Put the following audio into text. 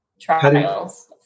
trials